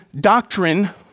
doctrine